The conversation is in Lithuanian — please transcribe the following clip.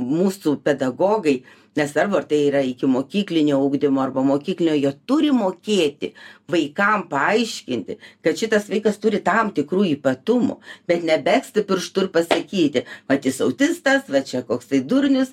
mūsų pedagogai nesvarbu ar tai yra ikimokyklinio ugdymo arba mokyklinio jie turi mokėti vaikam paaiškinti kad šitas vaikas turi tam tikrų ypatumų bet ne besti pirštu ir pasakyti vat jis autistas va čia koksai durnius